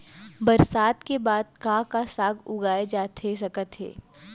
बरसात के बाद का का साग उगाए जाथे सकत हे?